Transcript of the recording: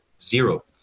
zero